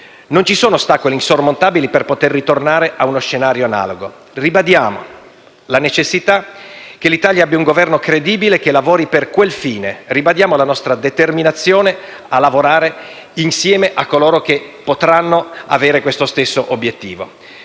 Non ci sono ostacoli insormontabili per poter tornare a uno scenario analogo. Ribadiamo la necessità che l'Italia abbia un Governo credibile che lavori per quel fine; ribadiamo la nostra determinazione a lavorare insieme a coloro che avranno questo stesso obiettivo.